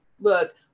Look